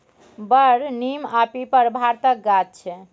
बर, नीम आ पीपर भारतक गाछ छै